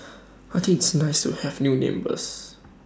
I think it's nice to have new neighbours